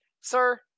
sir